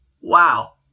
Wow